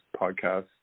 podcast